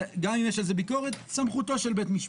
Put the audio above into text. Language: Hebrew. גם אם יש על זה ביקורת, זו סמכותו של בית משפט,